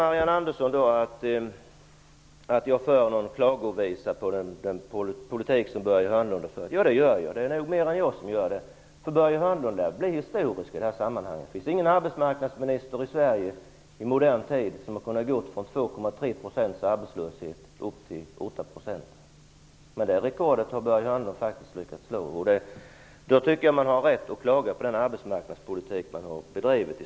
Marianne Andersson säger att jag drar en klagovisa över den politik som Börje Hörnlund har fört. Ja, det gör jag -- och det är nog flera än jag som gör det. Börje Hörnlund lär bli historisk i det här sammanhanget. Det har inte funnits någon arbetsmarknadsminister i Sverige i modern tid som har kunnat gå från 2--3 % arbetslöshet upp till 8 %. Det rekordet har Börje Hörnlund faktiskt lyckats slå. Jag tycker att man då har rätt att klaga på den arbetsmarknadspolitik som har förts.